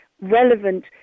relevant